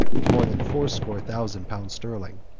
to more than fourscore thousand, pounds sterling.